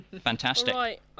Fantastic